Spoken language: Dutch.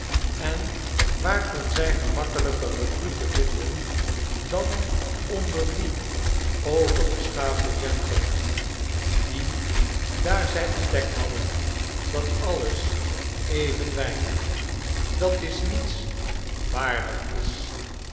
en waar konzij gemakkelijker recruten vinden dan onder die overbeschaafde gentlemen die daar zij ontdekt hadden dat alles even weinig dat is niets waardig is